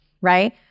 right